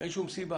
אין שום סיבה.